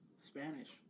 Spanish